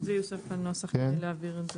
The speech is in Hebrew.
אז ינוסח בנוסח ונעביר את זה.